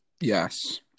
yes